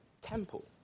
temple